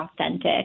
authentic